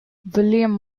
william